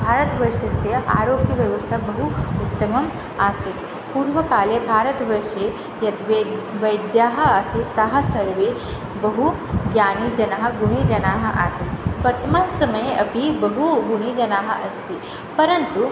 भारतवर्षस्य आरोग्यव्यवस्था बहु उत्तमम् आसीत् पूर्वकाले भारतवर्षे यत् वेद् वैद्याः आसीत् ते सर्वे बहु ज्ञानीजनः गुणीजनः आसीत् वर्तमानसमये अपि बहु गुणीजनः अस्ति परन्तु